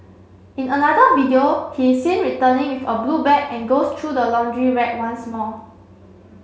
in another video he seen returning with a blue bag and goes through the laundry rack once more